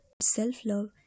Self-love